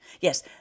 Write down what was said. Yes